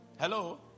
Hello